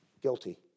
Guilty